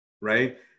right